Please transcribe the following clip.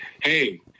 hey